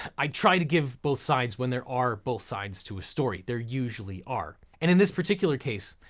i tried to give both sides when there are both sides to a story, they're usually are. and in this particular case,